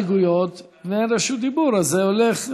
אין הסתייגויות ואין רשות דיבור, אז זה הולך.